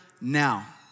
now